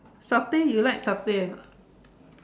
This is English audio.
satay you like satay or not